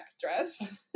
dress